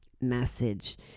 Message